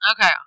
Okay